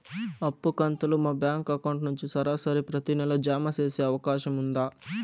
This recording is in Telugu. అప్పు కంతులు మా బ్యాంకు అకౌంట్ నుంచి సరాసరి ప్రతి నెల జామ సేసే అవకాశం ఉందా?